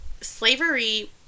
slavery